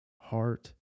heart